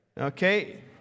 Okay